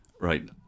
right